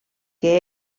que